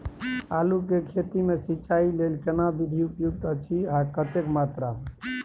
आलू के खेती मे सिंचाई लेल केना विधी उपयुक्त अछि आ कतेक मात्रा मे?